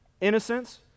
innocence